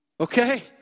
Okay